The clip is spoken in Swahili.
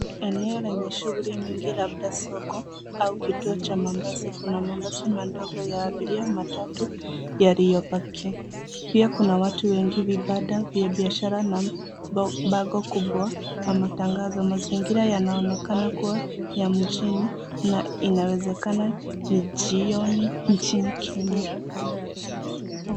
Eneo lenye shughuli nyingi labda soko, au kituo cha mabasi. Kuna mabasi madogo ya abiria matatu yaliyopaki. Pia kuna watu wengi. Vibanda vya biashara na bango kubwa la matangazo. Mazingira yanaonekana kuwa ya mjini na inawezekana ni jioni nchini Kenya.